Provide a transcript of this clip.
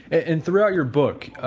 and throughout your book,